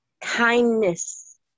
kindness